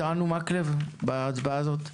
מקלב, אתה איתנו בהצבעה הזאת?